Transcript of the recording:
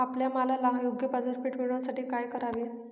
आपल्या मालाला योग्य बाजारपेठ मिळण्यासाठी काय करावे?